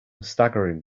staggering